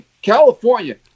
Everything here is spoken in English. California